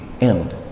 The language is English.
end